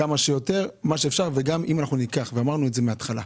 כפי שאמרנו בהתחלה,